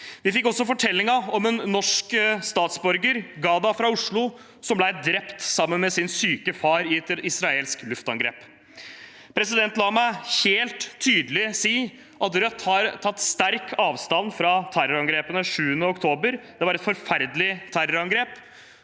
Vi fikk også fortellingen om en norsk statsborger, Ghadah fra Oslo, som ble drept sammen med sin syke far i et israelsk luftangrep. La meg helt tydelig si at Rødt har tatt sterkt avstand fra terrorangrepene 7. oktober. Det var et forferdelig terrorangrep.